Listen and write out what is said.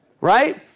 Right